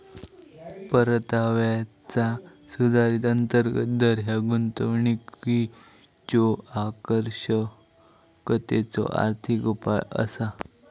परताव्याचा सुधारित अंतर्गत दर ह्या गुंतवणुकीच्यो आकर्षकतेचो आर्थिक उपाय असा